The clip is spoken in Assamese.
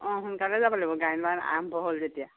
অঁ সোনকালে যাব লাগিব গায়ন বায়ন আৰম্ভ হ'ল যেতিয়া